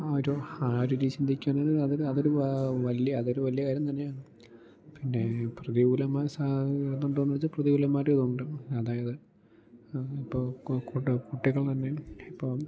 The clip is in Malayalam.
ആ ഒരു ആ ഒരു രീതിയിൽ ചിന്തിക്കാൻ അതൊരു അതൊരു വലിയ അതൊരു വലിയ കാര്യം തന്നെയാണ് പിന്നെ പ്രതികൂലമായ സാഹചര്യം ഉണ്ടോയെന്നു വെച്ചാൽ പ്രതികൂലമായിട്ടും ഇതുണ്ട് അതായത് ഇപ്പോൾ കുട്ടികൾ തന്നെ ഇപ്പോൾ